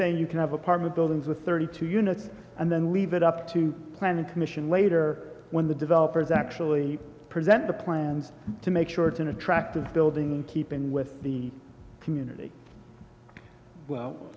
saying you can have apartment buildings with thirty two units and then leave it up to planning commission later when the developers actually present the plans to make sure it's an attractive building in keeping with the community well